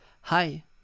Hi